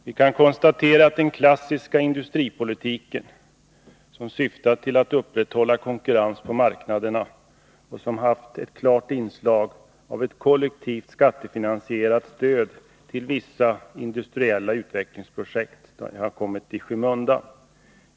Vi kan konstatera att den klassiska industripolitiken som syftat till att upprätthålla konkurrens på marknaderna och som haft ett klart inslag av ett kollektivt skattefinansierat stöd till vissa industriella utvecklingsprojekt har kommit i skymundan.